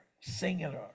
singular